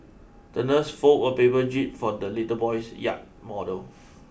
the nurse folded a paper jib for the little boy's yacht model